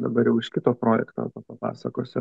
dabar jau iš kito projekto papasakosiu